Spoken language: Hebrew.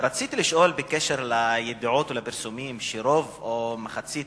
רציתי לשאול בקשר לידיעות או הפרסומים שרוב או מחצית